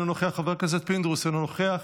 אינו נוכח,